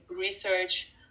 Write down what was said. research